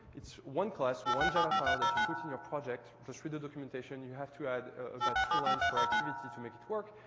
it's one class, one java file that you put in your project. just read your documentation. you have to add about two lines per activity to make it work.